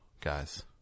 guys